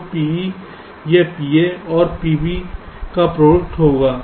तो PE यह PA और PB का प्रोडक्ट होगा